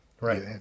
Right